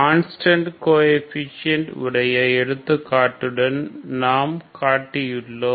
constant coefficient உடைய எடுத்துக்காட்டுடன் நாம் காட்டியுள்ளோம்